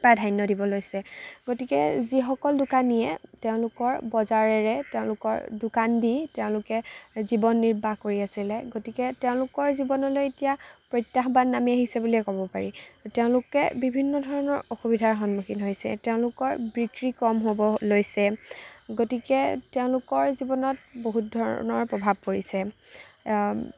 প্ৰাধান্য দিব লৈছে গতিকে যিসকল দোকানীয়ে তেওঁলোকৰ বজাৰেৰে তেওঁলোকৰ দোকান দি তেওঁলোকে জীৱন নিৰ্বাহ কৰি আছিলে গতিকে তেওঁলোকৰ জীৱনলৈ এতিয়া প্ৰত্যাহবান নামি আহিছে বুলিয়েই ক'ব পাৰি তেওঁলোকে বিভিন্ন ধৰণৰ অসুবিধাৰ সন্মুখীন হৈছে তেওঁলোকৰ বিক্ৰী কম হ'ব লৈছে গতিকে তেওঁলোকৰ জীৱনত বহুত ধৰণৰ প্ৰভাৱ পৰিছে